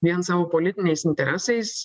vien savo politiniais interesais